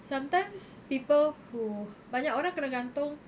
sometimes people who banyak orang kena gantung